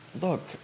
Look